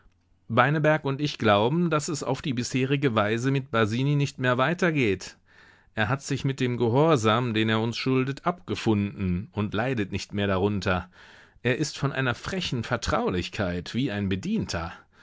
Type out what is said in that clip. beineberg und ich glauben daß es auf die bisherige weise mit basini nicht mehr weiter geht er hat sich mit dem gehorsam den er uns schuldet abgefunden und leidet nicht mehr darunter er ist von einer frechen vertraulichkeit wie ein bedienter